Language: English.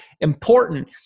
important